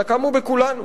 הנקם הוא בכולנו.